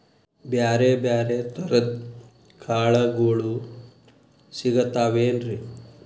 ಬ್ಯಾರೆ ಬ್ಯಾರೆ ತರದ್ ಕಾಳಗೊಳು ಸಿಗತಾವೇನ್ರಿ?